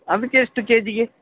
ಅದಕ್ಕೆಷ್ಟು K ಜಿಗೆ